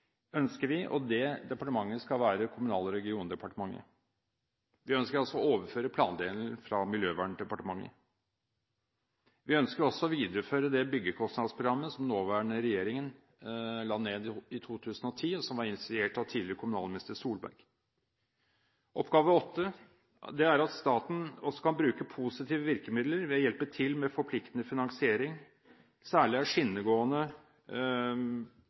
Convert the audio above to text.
ønsker altså å overføre plandelen fra Miljøverndepartementet. Vi ønsker også å videreføre det byggekostnadsprogrammet som den nåværende regjering la ned i 2010, og som var initiert av tidligere kommunalminister Erna Solberg. Oppgave åtte er at staten også kan bruke positive virkemidler ved å hjelpe til med forpliktende finansiering av løsninger for skinnegående